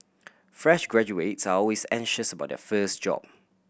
fresh graduates are always anxious about their first job